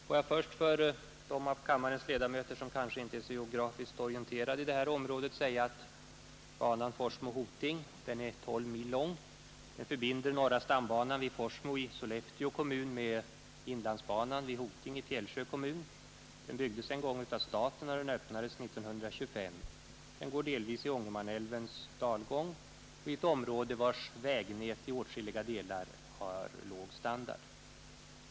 ” Låt mig först till dem av kammarens ledamöter, som kanske inte är så geografiskt orienterade inom detta område, säga att banan Forsmo— Hoting är 12 mil lång, att den förbinder norra stambanan vid Forsmo i Sollefteå kommun med inlandsbanan vid Hoting i Fjällsjö kommun, att den byggdes en gång av staten och öppnades 1925, att den delvis går i Ångermanälvens dalgång och i ett område vars vägnät till åtskilliga delar är av låg standard.